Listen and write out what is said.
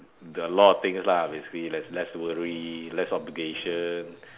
there are a lot of things lah basically there's less worry less obligation